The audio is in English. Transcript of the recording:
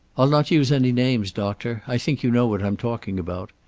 i'll not use any names, doctor. i think you know what i'm talking about.